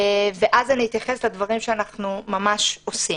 ואז אתייחס לדברים שאנחנו ממש עובדים.